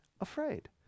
afraid